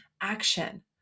action